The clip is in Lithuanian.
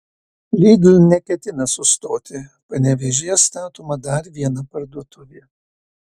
lidl neketina sustoti panevėžyje statoma dar viena parduotuvė